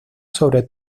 sobre